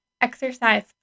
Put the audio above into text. Exercise